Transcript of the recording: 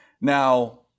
Now